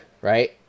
right